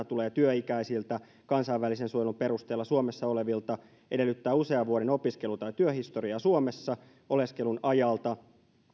tulee työikäisiltä kansainvälisen suojelun perusteella suomessa olevilta edellyttää usean vuoden opiskelu tai työhistoriaa suomessa oleskelun ajalta